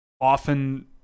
Often